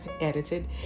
edited